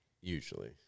Usually